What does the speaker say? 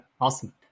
awesome